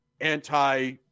anti